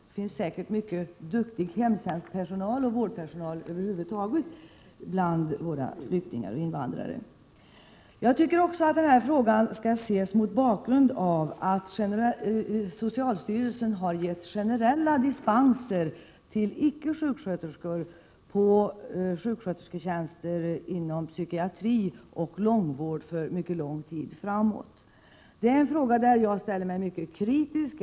Det finns säkert en hel del duktig hemtjänstoch vårdpersonal över huvud taget bland våra flyktingar och invandrare. Jag tycker också att den här frågan skall ses mot bakgrund av att socialstyrelsen har gett generella dispenser till icke sjuksköterskor för sjukskötersketjänster inom psykiatri och långvård för mycket lång tid framåt. Detta ställer jag mig mycket kritisk till.